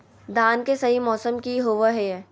धान के सही मौसम की होवय हैय?